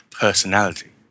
personality